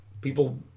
people